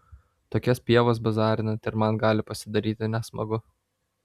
tokias pievas bazarinant ir man gali pasidaryti nesmagu